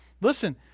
listen